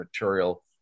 material